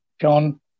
John